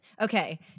Okay